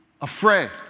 afraid